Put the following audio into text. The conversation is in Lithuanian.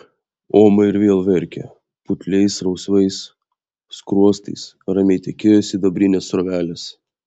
oma ir vėl verkė putliais rausvais skruostais ramiai tekėjo sidabrinės srovelės